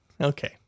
Okay